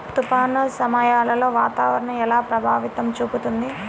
తుఫాను సమయాలలో వాతావరణం ఎలా ప్రభావం చూపుతుంది?